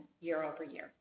year-over-year